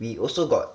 we also got